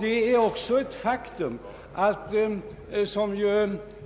Det är också, som